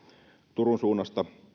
turun suunnasta